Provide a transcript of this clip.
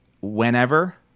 whenever